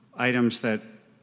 items that,